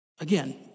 Again